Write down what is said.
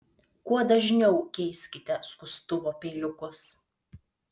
kuo dažniau keiskite skustuvo peiliukus